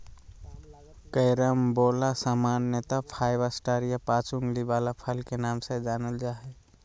carambola सामान्यत five star या पाँच उंगली वला फल के नाम से जानल जा हय